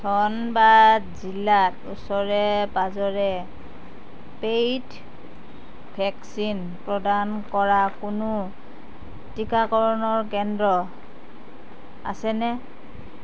ধনবাদ জিলাত ওচৰে পাঁজৰে পেইড ভেকচিন প্ৰদান কৰা কোনো টিকাকৰণৰ কেন্দ্ৰ আছেনে